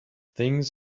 things